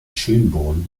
schönborn